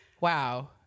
Wow